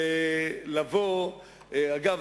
אגב,